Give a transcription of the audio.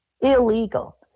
Illegal